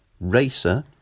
Racer